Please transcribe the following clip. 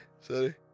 sorry